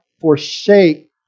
forsake